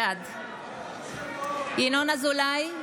בעד ינון אזולאי,